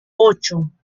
ocho